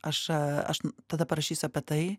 aš aš tada parašysiu apie tai